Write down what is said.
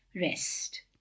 rest